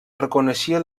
reconeixia